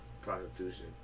prostitution